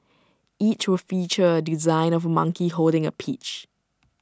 each will feature A design of monkey holding A peach